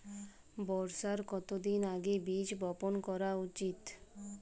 বর্ষার কতদিন আগে বীজ বপন করা উচিৎ?